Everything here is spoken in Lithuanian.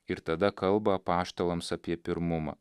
ir tada kalba apaštalams apie pirmumą